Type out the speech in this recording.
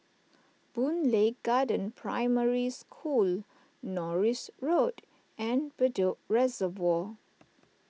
Boon Lay Garden Primary School Norris Road and Bedok Reservoir